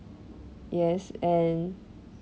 yes and